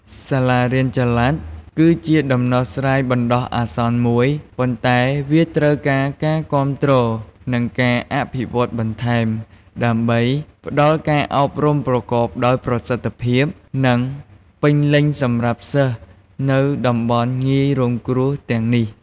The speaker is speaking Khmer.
សាលារៀនចល័តគឺជាដំណោះស្រាយបណ្តោះអាសន្នមួយ ប៉ុន្តែវាត្រូវការការគាំទ្រ និងការអភិវឌ្ឍន៍បន្ថែម ដើម្បីផ្តល់ការអប់រំប្រកបដោយប្រសិទ្ធភាព និងពេញលេញសម្រាប់សិស្សនៅតំបន់ងាយរងគ្រោះទាំងនេះ។